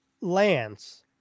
Lance